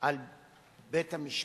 על בית-המשפט,